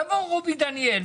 יבוא רוביק דנילוביץ',